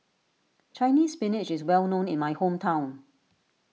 Chinese Spinach is well known in my hometown